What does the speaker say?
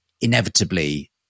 inevitably